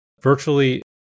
virtually